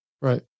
Right